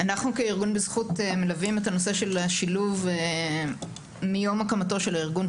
אנחנו כארגון בזכות מלווים את הנושא של השילוב מיום הקמתו של הארגון,